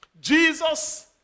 Jesus